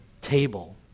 table